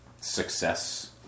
success